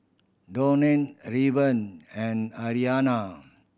Dawne Raven and Arianna